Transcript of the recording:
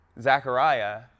Zechariah